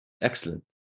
excellent